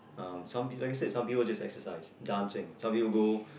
um some like I said some people just exercise dancing some people go